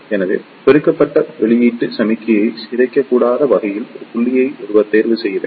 எனவே பெருக்கப்பட்ட வெளியீட்டு சமிக்ஞையை சிதைக்கக் கூடாத வகையில் ஒரு புள்ளியை ஒருவர் தேர்வு செய்ய வேண்டும்